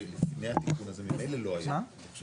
את רוצה